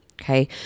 Okay